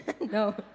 no